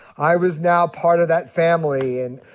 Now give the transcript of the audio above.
i was now part of that family. and,